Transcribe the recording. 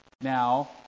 now